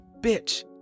bitch